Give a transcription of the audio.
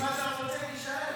אם אתה רוצה, נישאר.